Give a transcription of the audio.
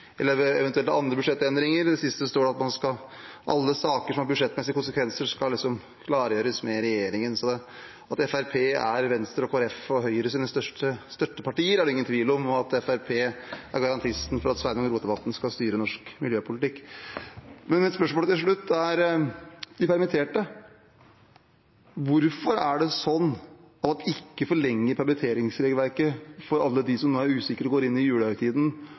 eventuelt andre budsjettendringer. I det siste står det at alle saker som har budsjettmessige konsekvenser, skal klargjøres med regjeringen. At Fremskrittspartiet er Venstre, Kristelig Folkeparti og Høyres største støtteparti, er det ingen tvil om, og Fremskrittspartiet er garantisten for at Sveinung Rotevatn skal styre norsk miljøpolitikk. Mitt spørsmål til slutt gjelder de permitterte. Hvorfor er det sånn at man ikke forlenger permitteringsregelverket for alle de som er usikre når de nå går inn i